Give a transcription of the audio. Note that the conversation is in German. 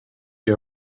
die